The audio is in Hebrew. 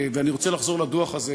ואני רוצה לחזור לדוח הזה,